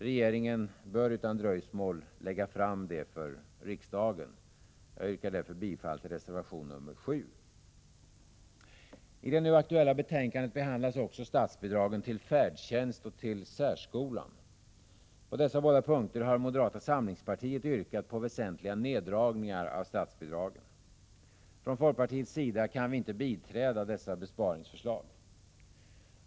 Regeringen bör utan dröjsmål lägga fram det för riksdagen. Jag yrkar därför bifall till reservation nr 7. I det nu aktuella betänkandet behandlas också statsbidragen till färdtjänst och till särskolan. På dessa båda punkter har moderata samlingspartiet yrkat på väsentliga neddragningar av statsbidragen. Från folkpartiets sida kan vi inte biträda dessa besparingsförslag.